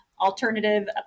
alternative